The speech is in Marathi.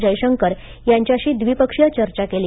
जयशंकर यांच्याशी द्विपक्षीय चर्चा केली